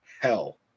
hell